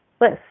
list